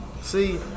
See